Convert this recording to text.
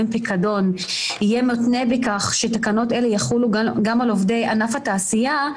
פיקדון יהיה מותנה בכך שתקנות אלה יחולו גם על עובדי ענף התעשייה,